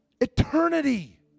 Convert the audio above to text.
eternity